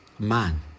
Man